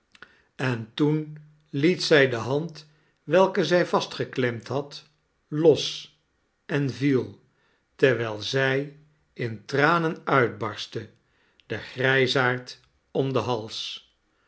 en toen liet zij de hand welke zij vastgeklemd had los en viel terwijl zij in tranen uitbarstte den grijsaard om den hals